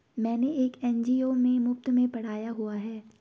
मैंने एक एन.जी.ओ में मुफ़्त में पढ़ाया हुआ है